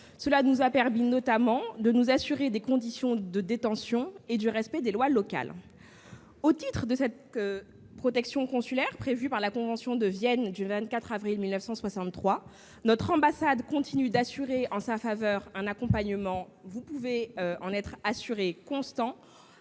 Cela nous a notamment permis de nous assurer de ses conditions de détention et du respect des lois locales. Au titre de cette protection consulaire prévue par la convention de Vienne du 24 avril 1963, notre ambassade continue de lui assurer un accompagnement constant, en lien étroit